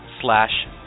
slash